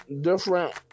different